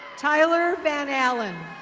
tyler van allen.